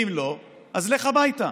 ואם לא, אז לך הביתה.